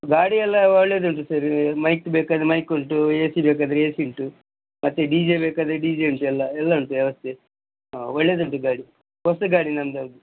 ಗಾಡಿ ಎಲ್ಲ ಒಳ್ಳೆದುಂಟು ಸರ್ ಮೈಕ್ ಬೇಕಾದರೆ ಮೈಕ್ ಉಂಟು ಎ ಸಿ ಬೇಕಾದರೆ ಎ ಸಿ ಉಂಟು ಮತ್ತು ಡಿ ಜೆ ಬೇಕಾದರೆ ಡಿ ಜೆ ಉಂಟು ಎಲ್ಲ ಎಲ್ಲ ಉಂಟು ವ್ಯವಸ್ಥೆ ಒಳ್ಳೆದುಂಟು ಗಾಡಿ ಹೊಸ ಗಾಡಿ ನಂದು ಅದು